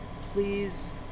please